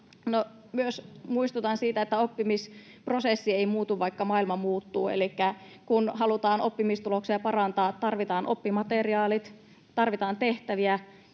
myös muistutan siitä, että oppimisprosessi ei muutu, vaikka maailma muuttuu. Elikkä kun halutaan oppimistuloksia parantaa, tarvitaan oppimateriaalit, tarvitaan tehtäviä.